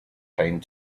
came